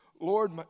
Lord